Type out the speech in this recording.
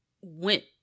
went